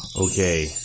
okay